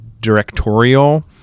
directorial